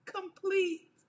complete